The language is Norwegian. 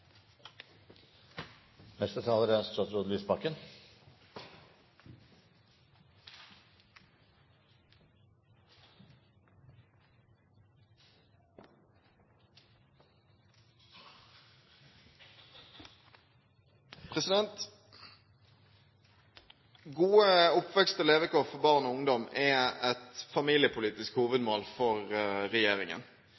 Gode oppvekst- og levekår for barn og ungdom er et familiepolitisk